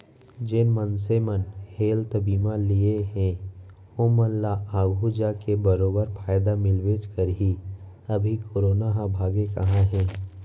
जेन मनसे मन हेल्थ बीमा लिये हें ओमन ल आघु जाके बरोबर फायदा मिलबेच करही, अभी करोना ह भागे कहॉं हे?